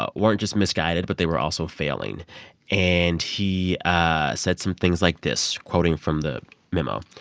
ah weren't just misguided, but they were also failing and he ah said some things like this quoting from the memo.